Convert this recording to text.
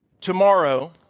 tomorrow